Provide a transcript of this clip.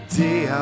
day